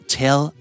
tell